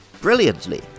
Brilliantly